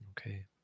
Okay